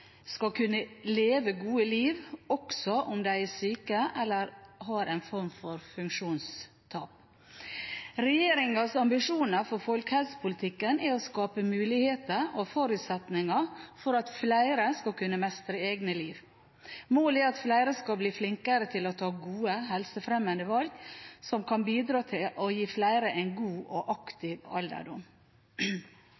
skal kunne leve gode liv, også om de er syke eller har en form for funksjonstap. Regjeringens ambisjoner for folkehelsepolitikken er å skape muligheter og forutsetninger for at flere skal kunne mestre egne liv. Målet er at flere skal bli flinkere til å ta gode helsefremmende valg som kan bidra til å gi flere en god og aktiv alderdom.